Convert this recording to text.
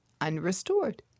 unrestored